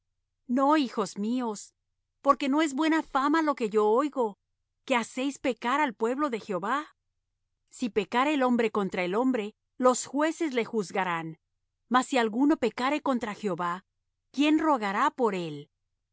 no hijos míos porque no es buena fama la que yo oigo que hacéis pecar al pueblo de jehová si pecare el hombre contra el hombre los jueces le juzgarán mas si alguno pecare contra jehová quién rogará por él